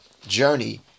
journey